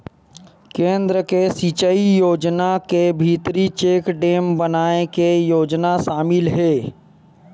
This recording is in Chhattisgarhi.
केन्द्र के सिचई योजना के भीतरी चेकडेम बनाए के योजना सामिल हे